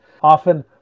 Often